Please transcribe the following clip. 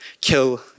kill